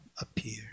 appear